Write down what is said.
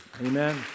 Amen